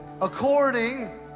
according